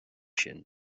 sin